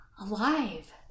alive